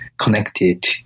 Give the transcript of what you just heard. connected